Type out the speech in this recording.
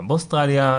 גם באוסטרליה,